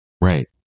right